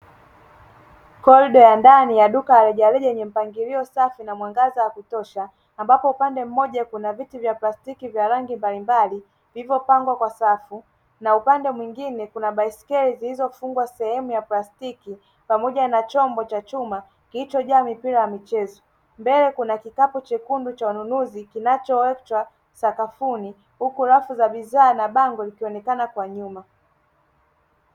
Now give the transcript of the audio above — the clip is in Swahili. Korido ya ndani ya duka la rejareja yenye mpangilio safi na mwangaza wa kutosha ,ambapo upande mmoja kuna viti vya plastiki vya rangi mbalimbali vilivyopangwa kwa safu na upande mwingine kuna baiskeli zilizofungwa sehemu ya plastiki pamoja na chombo cha chuma kilichojaa mipira ya michezo. Mbele kuna kikapu chekundu cha ununuzi kinachoachwa sakafuni huku rafu za bidhaa na bango likionekana kwa nyuma.